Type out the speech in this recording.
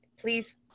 Please